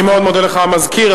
אני מאוד מודה לך, המזכיר.